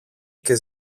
και